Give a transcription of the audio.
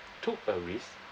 took a risk